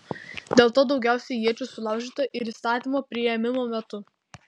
dėl to daugiausiai iečių sulaužyta ir įstatymo priėmimo metu